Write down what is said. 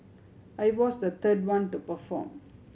I was the third one to perform